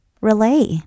relay